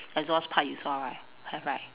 exhaust pipe you saw right have right